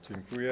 Dziękuję.